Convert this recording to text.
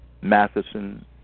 Matheson